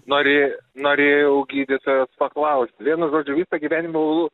norė norėjau gydytojos paklausti vienu žodžiu visą gyvenimą buvau